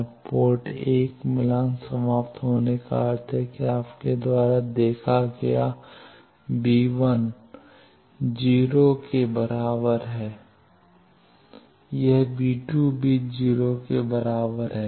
अब पोर्ट 1 मिलान समाप्त होने का अर्थ है कि आपके द्वारा देखा गया 0 के बराबर है यह भी 0 के बराबर है